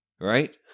right